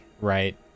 right